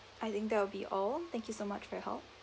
I think that will be all thank you so much for your help